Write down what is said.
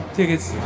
Tickets